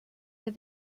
der